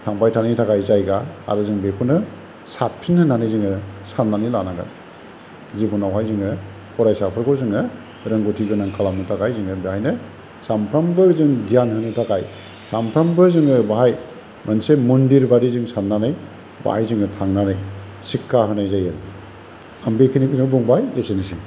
थांबाय थानायनि थाखाय जायगा आरो जों बेखौनो साबसिन होननानै जोङो साननानै लानांगोन जिबनावहाय जोङो फरायसाफोरखौ जोङो रोंगौथिगोनां खालामनो थाखाय जोङो बेवहायनो सानफ्रामबो जों गियान होनो थाखाय सानफ्रामबो जोङो बावहाय मोनसे मन्दिर बायदि जों साननानै बाहाय जोङो थांनानै शिक्षा होनाय जायो आं बेखिनिखौनो बुंबाय एसेनोसै